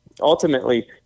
ultimately